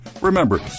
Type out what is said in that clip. Remember